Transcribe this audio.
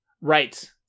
Right